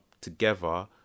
together